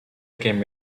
game